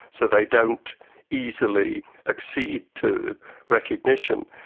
so they don't easily accede to recognition.